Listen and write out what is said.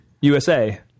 USA